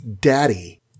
Daddy